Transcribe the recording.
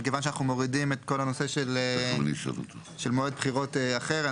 מכיוון שאנחנו מורידים את כל הנושא של מועד בחירות אחר,